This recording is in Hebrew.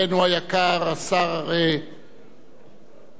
השר גדעון עזרא,